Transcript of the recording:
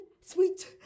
sweet